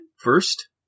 first